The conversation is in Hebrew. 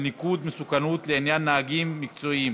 ניקוד מסוכנות לעניין נהגים מקצועיים),